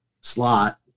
slot